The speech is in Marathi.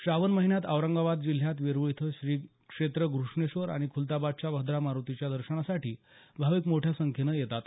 श्रावण महिन्यात औरंगाबाद जिल्ह्यात वेरूळ इथं श्री क्षेत्र घृष्णेश्वर आणि खुलताबादच्या भद्रा मारोतीच्या दर्शनासाठी भाविक मोठ्या संख्येनं येतात